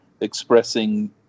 expressing